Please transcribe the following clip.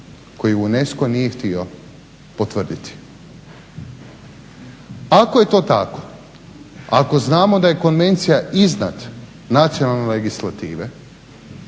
koji UNESCO nije htio potvrditi. Ako je to tako ako znamo da je konvencija iznad nacionalne legislative